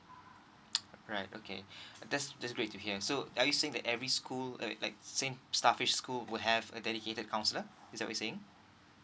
right okay that's that's great to hear so are you saying that every school uh like like saint starfish school would have a dedicated counsellor is that what you're saying